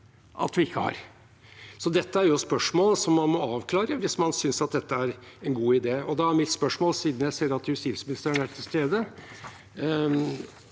at vi ikke har. Så dette er spørsmål man må avklare hvis man synes det er en god idé. Og da er mitt spørsmål, siden jeg ser at justisministeren er til stede,